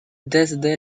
desde